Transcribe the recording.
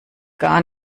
gar